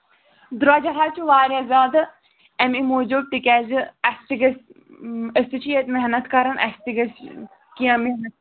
دروٚجَر حظ چھِ واریاہ زیادٕ اَمے موٗجوٗب تِکیٛازِ اَسہِ تہِ گژھِ أسۍ تہِ چھِ ییٚتہِ محنت کران اَسہِ تہِ گژھِ کیٚنہہ محنت